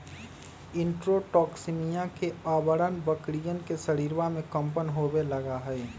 enterotoxaemia के अआरण बकरियन के शरीरवा में कम्पन होवे लगा हई